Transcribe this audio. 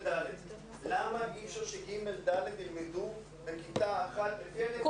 למה אי אפשר שג' ד' ילמדו בכיתה אחת ---?